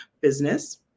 business